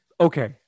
Okay